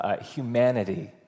humanity